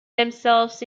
themselves